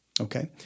Okay